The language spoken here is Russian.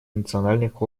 национальных